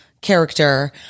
character